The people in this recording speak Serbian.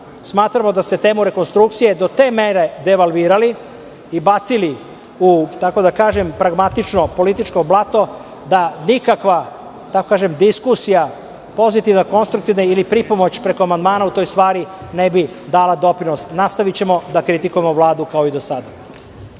Smatramo da ste temu rekonstrukcije do te mere devalvirali i bacili u, tako da kažem, pragmatično, političko blato, da nikakva diskusija, pozitivna, konstruktivna ili pripomoć preko amandmana u toj stvari ne bi dala doprinos. Nastavićemo da kritikujemo Vladu kao i do sada.